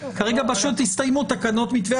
לא, כרגע פשוט הסתיימו תקנות מתווה הסליחות.